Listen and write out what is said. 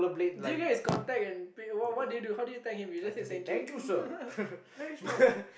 did you get his contact and wait what what did you do how did you tag him you just say thank you